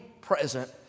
present